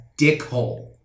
dickhole